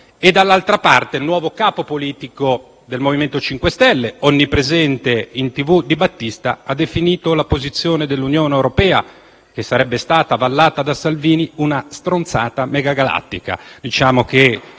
e, dall'altra parte, il nuovo capo politico del MoVimento 5 Stelle Di Battista, onnipresente in televisione, ha definito la posizione dell'Unione europea, che sarebbe stata avallata da Salvini, una «stronzata megagalattica»: